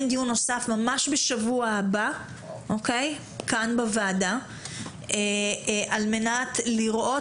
דיון נוסף ממש בשבוע הבא כאן בוועדה על מנת לראות